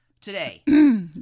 Today